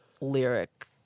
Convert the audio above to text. lyric